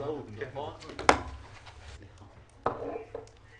נגיד שבאופן